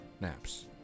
naps